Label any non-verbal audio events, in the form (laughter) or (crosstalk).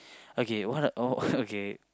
okay what are what (laughs) okay